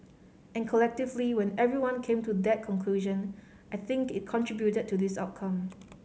and collectively when everyone came to that conclusion I think it contributed to this outcome